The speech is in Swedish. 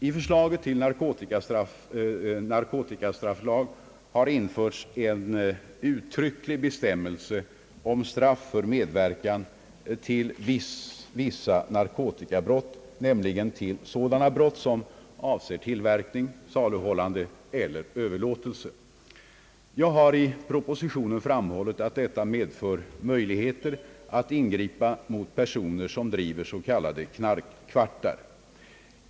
I förslaget till narkotikastrafflag har införts en uttrycklig bestämmelse om straff för medverkan till vissa narkotikabrott, nämligen sådana brott som avser tillverkning, saluhållande eller överlåtelse. Jag har i propositionen framhållit att detta medför möjligheter att ingripa mot personer som driver s.k. knarkkvartar.